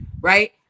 right